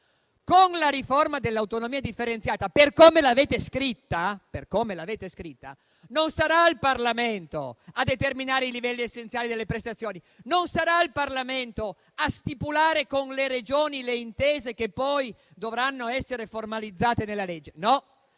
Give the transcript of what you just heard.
Con la riforma dell'autonomia differenziata, per come l'avete scritta, non sarà il Parlamento a determinare i livelli essenziali delle prestazioni; non sarà il Parlamento a stipulare con le Regioni le intese che poi dovranno essere formalizzate nella legge,